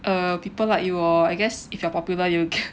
err people like you hor I guess if you are popular you